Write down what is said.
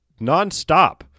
nonstop